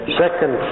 second